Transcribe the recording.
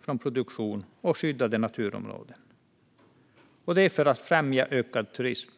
från produktion och skyddade naturområden, detta för att främja ökad turism.